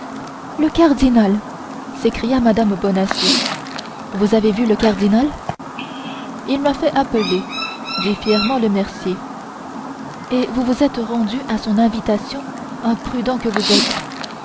le cardinal s'écria mme bonacieux vous avez vu le cardinal il m'a fait appeler répondit fièrement le mercier et vous vous êtes rendu à son invitation imprudent que vous êtes